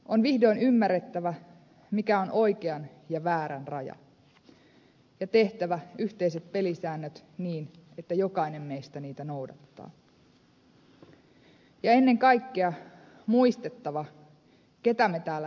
on vihdoin ymmärrettävä mikä on oikean ja väärän raja ja tehtävä yhteiset pelisäännöt niin että jokainen meistä niitä noudattaa ja ennen kaikkea muistettava ketä me täällä edustamme